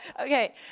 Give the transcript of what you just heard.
Okay